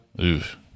Oof